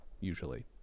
usually